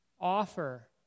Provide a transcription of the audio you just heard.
offer